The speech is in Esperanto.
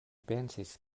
pensis